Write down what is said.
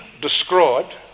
described